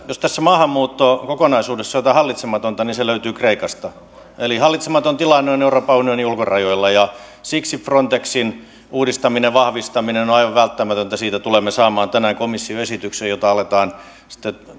jos tässä maahanmuuttokokonaisuudessa on jotain hallitsematonta niin se löytyy kreikasta eli hallitsematon tilanne on euroopan unionin ulkorajoilla ja siksi frontexin uudistaminen ja vahvistaminen on on aivan välttämätöntä siitä tulemme saamaan tänään komission esityksen jota aletaan sitten